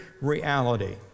reality